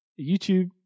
YouTube